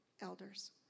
elders